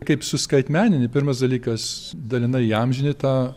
kaip suskaitmenini pirmas dalykas dalinai įamžinti tą